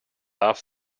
love